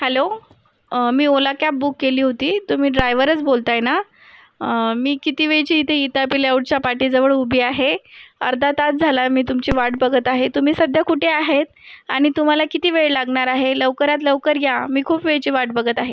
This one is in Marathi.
हॅलो मी ओला कॅब बुक केली होती तुम्ही ड्रायव्हरच बोलत आहे ना मी किती वेळची इथे इटापी लेआऊटच्या पाटीजवळ उभी आहे अर्धा तास झाला मी तुमची वाट बघत आहे तुम्ही सध्या कुठे आहेत आणि तुम्हाला किती वेळ लागणार आहे लवकरात लवकर या मी खूप वेळची वाट बघत आहे